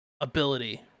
ability